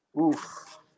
Oof